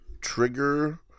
Trigger